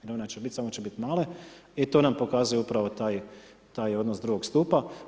Mirovina će biti, samo će biti male i to nam pokazuje upravo taj odnos drugog stupa.